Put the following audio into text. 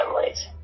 families